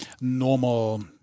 normal